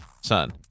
son